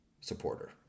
supporter